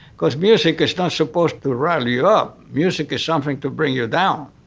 because music is not supposed to rile you up, music is something to bring you down.